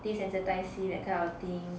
desensitize him that kind of thing